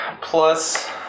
plus